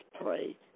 pray